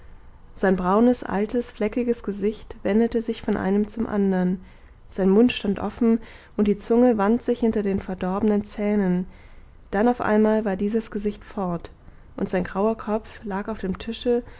sein braunes altes fleckiges gesicht wendete sich von einem zum andern sein mund stand offen und die zunge wand sich hinter den verdorbenen zähnen dann auf einmal war dieses gesicht fort und sein grauer kopf lag auf dem tische